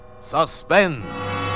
Suspense